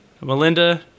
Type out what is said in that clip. Melinda